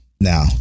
now